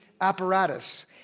apparatus